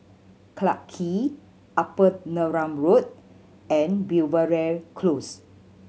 Clarke Quay Upper Neram Road and Belvedere Close